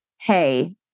Hey